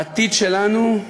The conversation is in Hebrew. העתיד שלנו,